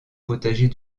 potager